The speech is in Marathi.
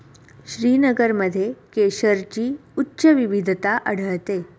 श्रीनगरमध्ये केशरची उच्च विविधता आढळते